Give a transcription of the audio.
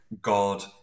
God